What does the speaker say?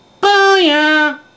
Booyah